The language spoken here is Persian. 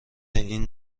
این